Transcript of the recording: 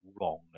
wrong